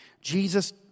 Jesus